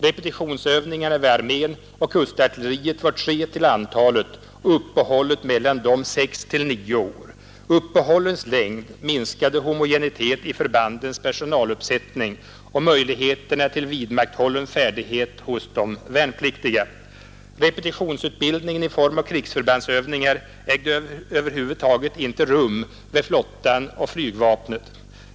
Repetitionsövningarna vid armén och kustartilleriet var tre till antalet och uppehållet mellan dem sex till nio år. Uppehållens längd minskade homogeniteten i förbandens personaluppsättning och möjligheterna till vidmakthållen färdighet hos de värnpliktiga. Repetitionsutbildning i form av krigsförbandsövningar ägde över huvud taget inte rum vid flottan och flygvapnet.